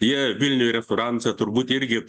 jie vilniuje restoranuose turbūt irgi